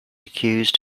accused